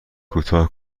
کوتاه